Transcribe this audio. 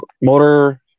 motor